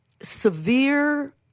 severe